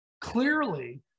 clearly